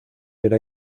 era